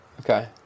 Okay